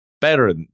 better